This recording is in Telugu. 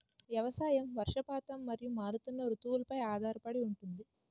వ్యవసాయం వర్షపాతం మరియు మారుతున్న రుతువులపై ఆధారపడి ఉంటుంది